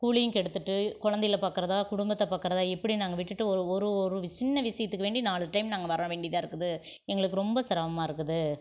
ஸ்கூலேயும் கெடுத்துட்டு குழந்தைகள பார்க்குறதா குடும்பத்தை பார்க்குறதா எப்படி நாங்கள் விட்டுவிட்டு ஒரு ஒரு ஒரு விஷ் சின்ன விஷயத்துக்கு வேண்டி நாலு டைம் நாங்கள் வர வேண்டியதாருக்குது எங்களுக்கு ரொம்ப சிரமமாருக்குது